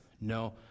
No